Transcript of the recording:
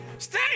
Stay